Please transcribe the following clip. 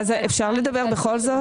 אז אפשר לדבר בכל זאת?